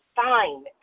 fine